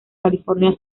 california